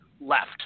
left